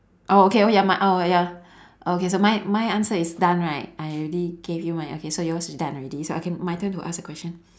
oh okay oh ya my oh ya okay so mine my answer is done right I already gave you my an~ okay so yours is done already so okay my turn to ask the question